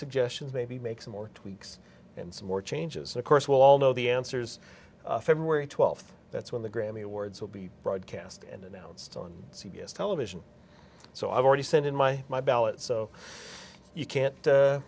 suggestions maybe make some more tweaks and some more changes of course we'll all know the answers february twelfth that's when the grammy awards will be broadcast and announced on c b s television so i've already sent in my my ballot so you can't